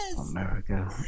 America